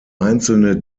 einzelne